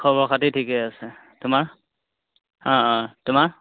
খবৰ খাতি ঠিকেই আছে তোমাৰ অঁ অঁ তোমাৰ